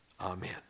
amen